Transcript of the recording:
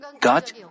God